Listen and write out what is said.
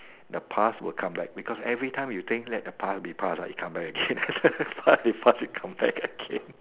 the past will come back because every time you think let the past be the past ah it come back again past is past come back again